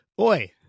Oi